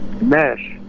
mesh